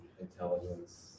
intelligence